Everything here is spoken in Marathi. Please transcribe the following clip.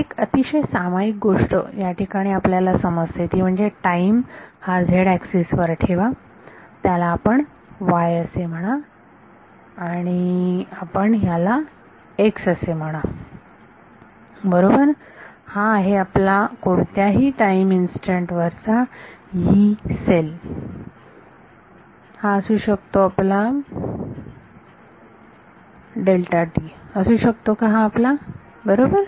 एक अतिशय सामायिक गोष्ट याठिकाणी आपल्याला समजते ती म्हणजे टाइम हा झेड एक्सिस वर ठेवा त्याला आपण y असे म्हणा आणि आपण त्याला एक्स असे म्हणा बरोबर हा आहे आपला कोणत्याही टाईम इन्स्टंट वरचा यी सेल हा असू शकतो आपला असू शकतो का हा आपला बरोबर